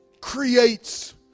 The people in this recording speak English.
creates